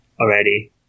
already